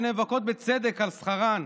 שנאבקות בצדק על שכרן,